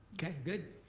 okay, good.